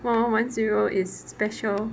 one one one zero is special